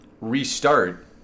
restart